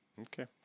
Okay